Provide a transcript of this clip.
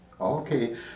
Okay